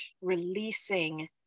releasing